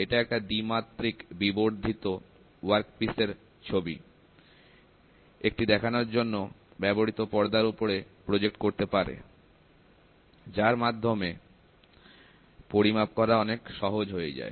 এটা একটা দ্বিমাত্রিক বিবর্ধিত ওয়ার্কপিস এর একটি ছবি দেখার জন্য ব্যবহৃত পর্দার উপরে প্রজেক্ট করতে পারে যার মাধ্যমে পরিমাপ করা অনেক সহজ হয়ে যায়